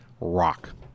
rock